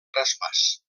traspàs